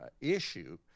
Issue